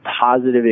positive